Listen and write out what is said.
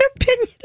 opinion